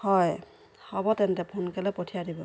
হয় হ'ব তেন্তে সোনকালে পঠিয়াই দিব